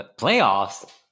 playoffs